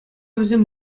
вӗсем